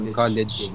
college